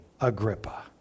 Agrippa